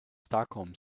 stockholm